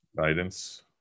guidance